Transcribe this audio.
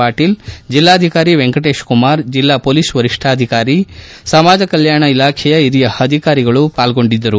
ಪಾಟೀಲ್ ಜಿಲ್ಲಾಧಿಕಾರಿ ವೆಂಕಟೇಶ್ ಕುಮಾರ್ ಜಿಲ್ಲಾ ಪೊಲೀಸ್ ವರಿಷ್ಠಾಧಿಕಾರಿ ಸಮಾಜ ಕಲ್ಯಾಣ ಇಲಾಖೆಯ ಹಿರಿಯ ಅಧಿಕಾರಿಗಳು ಪಾಲ್ಗೊಂಡಿದ್ದರು